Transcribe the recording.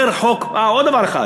אה, עוד דבר אחד.